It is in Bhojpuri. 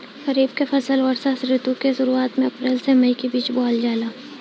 खरीफ के फसल वर्षा ऋतु के शुरुआत में अप्रैल से मई के बीच बोअल जाला